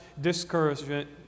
discouragement